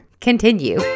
Continue